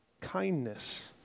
kindness